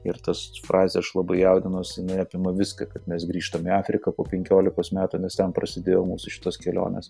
ir tas frazė aš labai jaudinausi jinai apima viską kad mes grįžtam į afriką po penkiolikos metų nes ten prasidėjo mūsų šitos kelionės